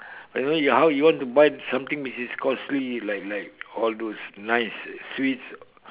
and know you how you want to buy something which is costly like like all those nice sweets